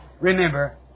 Remember